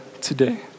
today